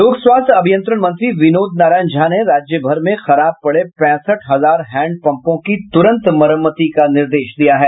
लोक स्वास्थ्य अभियंत्रण मंत्री विनोद नारायण झा ने राज्यभर में खराब पड़े पैंसठ हजार हैंडपंपों की तुरंत मरम्मती का निर्देश दिया है